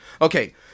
Okay